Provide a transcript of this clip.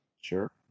Sure